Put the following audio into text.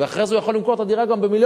ואחרי זה הוא יכול למכור את הדירה גם ב-1.5,